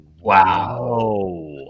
Wow